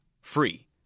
free